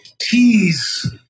tease